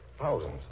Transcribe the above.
thousands